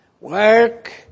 work